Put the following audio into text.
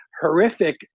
horrific